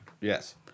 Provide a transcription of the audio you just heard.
Yes